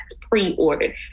pre-ordered